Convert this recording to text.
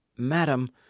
Madam